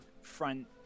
front